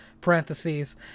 parentheses